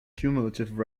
cumulative